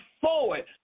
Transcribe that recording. forward